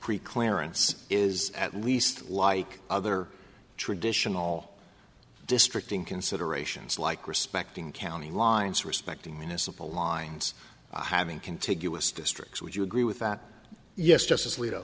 pre clearance is at least like other traditional all districts in considerations like respecting county lines respecting municipal lines having contiguous districts would you agree with that yes justice